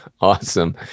Awesome